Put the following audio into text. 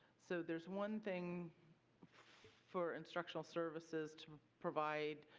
so there's one thing for instructional services to provide